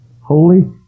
Holy